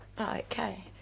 Okay